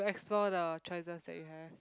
explore the choices that you have